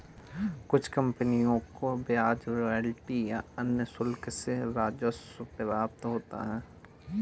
कुछ कंपनियों को ब्याज रॉयल्टी या अन्य शुल्क से राजस्व प्राप्त होता है